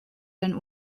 den